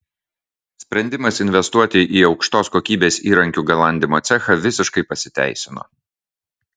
sprendimas investuoti į aukštos kokybės įrankių galandimo cechą visiškai pasiteisino